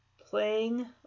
playing